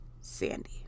Sandy